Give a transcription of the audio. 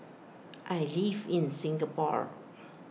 I live in Singapore